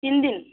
ତିନି ଦିନ